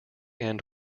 end